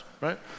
Right